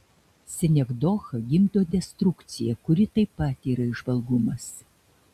sinekdocha gimdo destrukciją kuri taip pat yra įžvalgumas